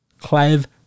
Clive